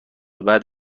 بعد